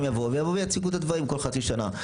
הם יציגו את הדברים כל חצי שנה.